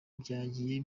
byagiye